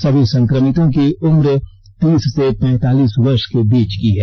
सभी संक्रमितों की उम्र तीस से पैंतालीस वर्ष के बीच की हैं